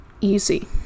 easy